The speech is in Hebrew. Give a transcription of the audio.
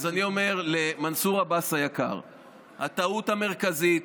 אז אני אומר למנסור עבאס היקר: הטעות המרכזית,